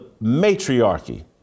matriarchy